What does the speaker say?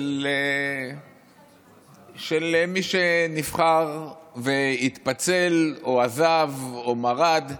של מי שנבחר והתפצל או עזב או מרד.